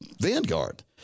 Vanguard